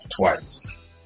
twice